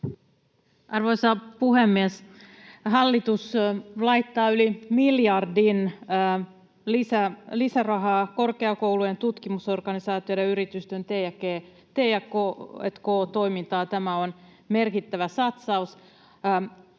Arvoisa puhemies! Hallitus laittaa yli miljardin lisärahaa korkeakoulujen, tutkimusorganisaatioiden, yritysten t&k-toimintaan. Tämä on merkittävä satsaus